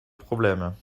problème